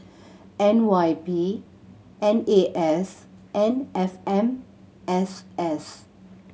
N Y P N A S and F M S S